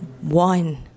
One